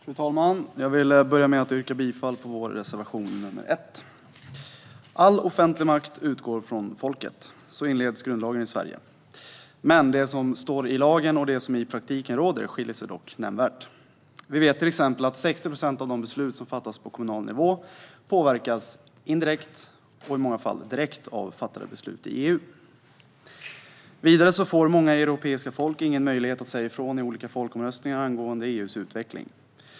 Fru talman! Jag vill börja med att yrka bifall till vår reservation 1. All offentlig makt utgår från folket - så inleds grundlagen i Sverige. Det som står i lagen och det som i praktiken råder skiljer sig dock nämnvärt åt. Vi vet till exempel att 60 procent av de beslut som fattas på kommunal nivå påverkas indirekt eller i många fall direkt av beslut fattade i EU. Vidare får många europeiska folk ingen möjlighet att säga ifrån i folkomröstningar angående EU:s utveckling.